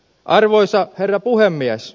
arvoisa herra puhemies